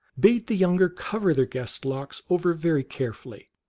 bade the younger cover their guest lox over very carefully.